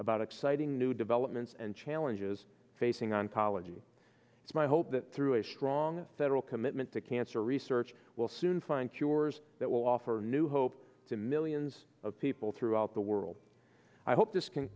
about exciting new developments and challenges facing oncology it's my hope that through a strong federal commitment to cancer research we'll soon find cures that will offer new hope to millions of people throughout the world i hope this can